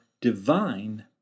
divine